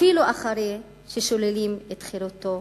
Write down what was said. אפילו אחרי ששוללים את חירותו.